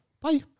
Bye